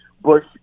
Bush